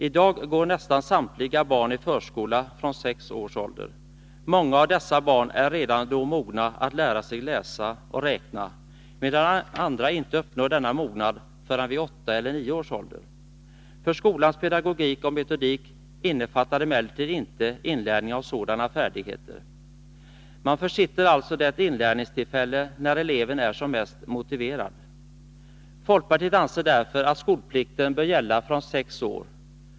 I dag går nästan samtliga barn i förskola från sex år. Många av dessa barn är redan då mogna att lära sig läsa och räkna, medan andra inte uppnår denna mognad förrän vid åtta eller nio års ålder. Förskolans pedagogik och metodik innefattar emellertid inte inlärning av sådana färdigheter. Man försitter alltså det inlärningstillfälle när eleven är som mest motiverad. Folkpartiet anser därför att skolplikten bör gälla från sex år.